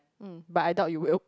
mm but I doubt you will